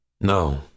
no